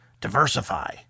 diversify